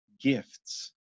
gifts